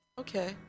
Okay